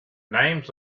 names